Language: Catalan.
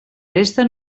aresta